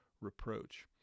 reproach